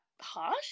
harsh